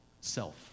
self